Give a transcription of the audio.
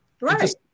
Right